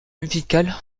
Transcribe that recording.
musicale